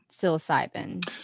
psilocybin